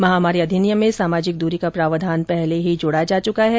महामारी अधिनियम में सामाजिक दूरी का प्रावधान पहले ही जोडा जा चुका है